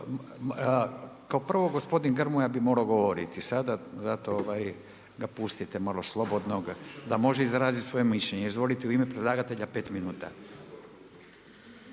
kao prvo, gospodin Grmoja bi morao govoriti, sada, zato ga pustite malo slobodno, da može izraziti svoje mišljenje. Izvolite u ime predlagatelja 5 minuta.